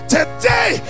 Today